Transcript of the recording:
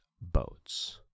boats